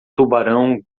tubarão